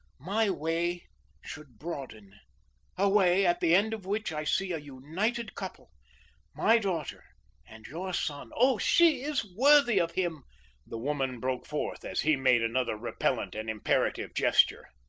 my way should broaden a way, at the end of which i see a united couple my daughter and your son. oh, she is worthy of him the woman broke forth, as he made another repellent and imperative gesture.